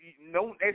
no